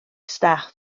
staff